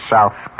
South